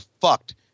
fucked